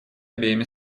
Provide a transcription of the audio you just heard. обеими